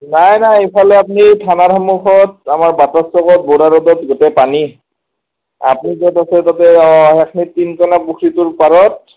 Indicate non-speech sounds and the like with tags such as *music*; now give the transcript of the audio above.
নাই নাই ইফালে আপুনি থানাৰ সন্মুখত আমাৰ বাটৰ চুকত বৰা ৰোডত গোটেই পানী আপুনি য'ত আছে তাতে সেইখিনি *unintelligible* পুখুৰীটোৰ পাৰত